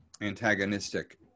antagonistic